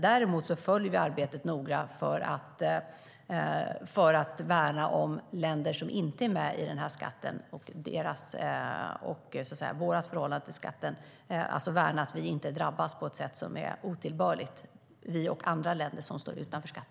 Däremot följer vi arbetet noggrant för att värna att vi och andra länder som står utanför skatten inte drabbas på ett otillbörligt sätt.